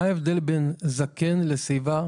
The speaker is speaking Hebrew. מה ההבדל בין זקן לשיבה?